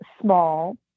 small